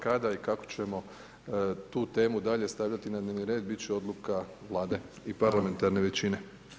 Kada i kako ćemo tu temu dalje stavljati na dnevni red, biti će odluka Vlade i parlamentarne većine.